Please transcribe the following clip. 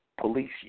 police